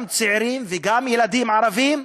גם צעירים וגם ילדים ערבים,